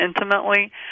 intimately